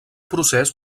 procés